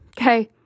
Okay